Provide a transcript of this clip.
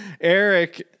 Eric